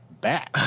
back